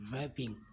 rapping